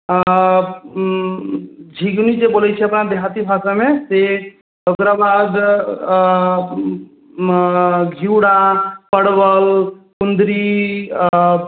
आ ओ झिगनी जे बोलै छै अपना देहाती भाषामे से ओकरा बाद घिवरा परवल कुन्दरी आओर